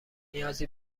نیازی